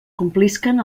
complisquen